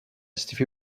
stevie